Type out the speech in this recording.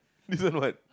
this one what